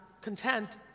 content